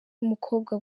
n’umukobwa